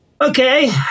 Okay